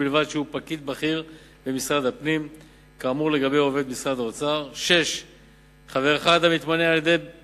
כמפורט להלן: 1. שלושה חברים נציגי שלוש הערים הגדולות,